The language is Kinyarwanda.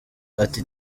ati